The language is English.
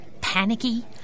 panicky